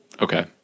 Okay